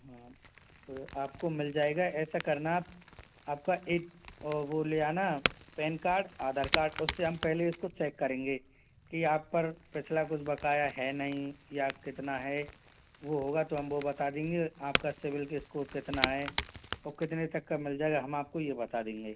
हाँ तो आपको मिल जाएगा ऐसा करना आप आपका एक वो ले आना पैन कार्ड आधार कार्ड उससे हम पहले इसको चेक करेंगे कि आप पर पिछला कुछ बक़ाया है नहीं या कितना है वो होगा तो हम वो बता देंगे आपका सिबील का स्कोर कितना है और कितने तक का मिल जाएगा हम आपको ये बता देंगे